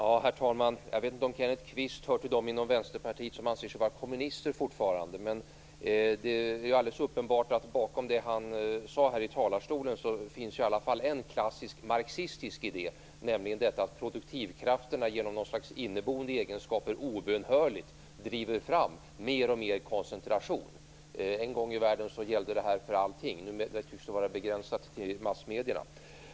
Herr talman! Jag vet inte om Kenneth Kvist hör till dem inom Vänsterpartiet som fortfarande anser sig vara kommunister. Men det är ju alldeles uppenbart att bakom det han sade här i talarstolen finns det i alla fall en klassisk marxistisk idé, nämligen detta att produktivkrafterna genom något slags inneboende egenskaper obönhörligt driver fram mer och mer koncentration. En gång i tiden gällde detta för allting. Numer tycks det vara begränsat till massmedierna.